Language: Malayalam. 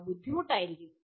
അവ ബുദ്ധിമുട്ടായിരിക്കും